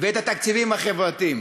ואת התקציבים החברתיים,